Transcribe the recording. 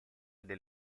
del